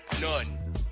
None